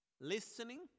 listening